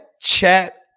chat